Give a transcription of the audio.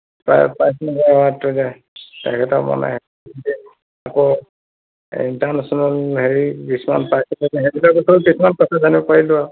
পাইছিল যে এৱাৰ্ডটো যে তেখেতৰ মানে আকৌ এই ইন্টাৰনেচ'নেল হেৰি কিছুমান পাইছিলে যে সেইবিলাকৰ বিষয়ো কিছুমান কথা জানিব পাৰিলোঁ আৰু